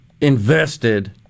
invested